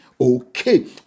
Okay